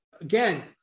again